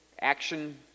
action